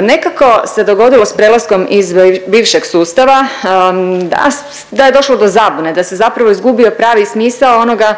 Nekako se dogodilo s prelaskom iz bivšeg sustava da je došlo do zabune, da se zapravo izgubio pravi smisao onoga